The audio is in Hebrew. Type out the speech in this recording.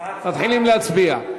מתחילים להצביע.